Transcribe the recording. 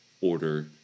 order